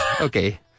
Okay